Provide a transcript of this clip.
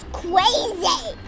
crazy